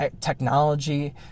technology